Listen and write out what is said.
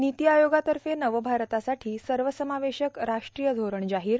नीती आयोगातर्फे नव भारतासाठी सर्वसमावेशक राष्ट्रीय धोरण जाहीर